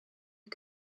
eut